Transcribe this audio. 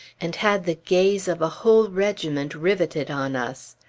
and had the gaze of a whole regiment riveted on us.